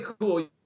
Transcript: cool